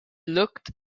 looked